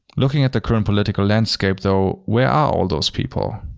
looking at the current political landscape, though, where are all those people?